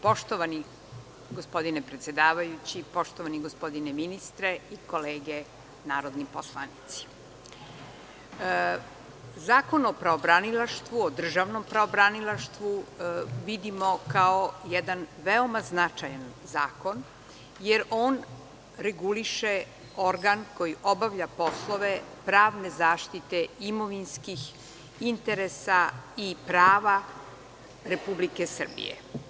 Poštovani gospodine predsedavajući, gospodine ministre i kolege narodni poslanici, Zakon o pravobranilaštvu, državnom pravobranilaštvu vidimo kao jedan veoma značajan zakon jer on reguliše organ koji obavlja poslove pravne zaštite, imovinskih interesa i prava RS.